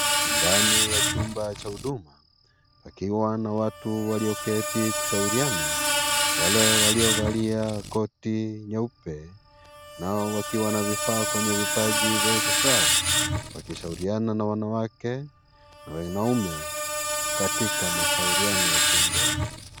Ndani ya chumba cha huduma pakiwa na watu walioketi kushauriana wale waliovalia koti nyeupe nao wakiwa na vifaa kwenye vipaji vy nyuso zao wakishauriana na wanawake na wanaume katika mashauriano ya chumba hicho.